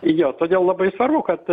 jo todėl labai svarbu kad